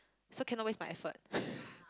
so cannot waste my effort